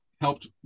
helped